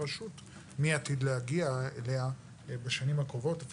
עתיד להגיע אליה בשנים הקרובות הוא בידי הרשות,